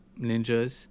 ninjas